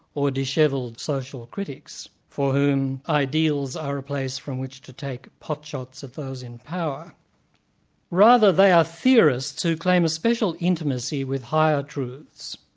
or dishevelled social critics, for whom ideals are a place from which to take pot shots of those in power rather they are theorists who claim a special intimacy with higher truths.